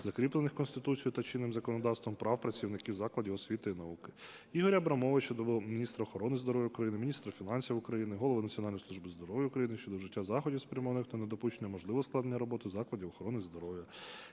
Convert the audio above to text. закріплених Конституцією та чинним законодавством прав працівників закладів освіти і науки. Ігоря Абрамовича до міністра охорони здоров'я України, міністра фінансів України, Голови Національної служби здоров'я України щодо вжиття заходів, спрямованих на недопущення можливого ускладнення роботи закладів охорони здоров'я.